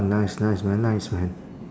nice nice man nice man